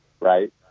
right